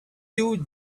you